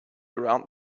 around